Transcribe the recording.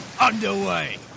underway